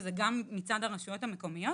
וזה גם מצד הרשויות המקומיות,